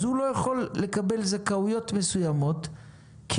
אז הוא לא יכול לקבל זכאויות מסוימות כי